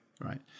right